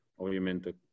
obviamente